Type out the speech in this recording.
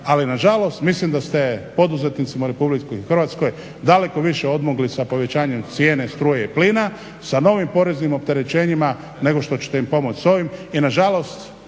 ali nažalost mislim da ste poduzetnicima u Republici Hrvatskoj daleko više odmogli sa povećanjem cijene struje i plina, sa novim poreznim opterećenjima nego što ćete im pomoći s ovim.